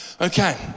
Okay